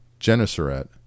Genesaret